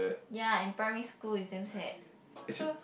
ya in primary school is damn sad so